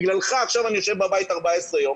בגללך עכשיו אני יושב בבית 14 יום,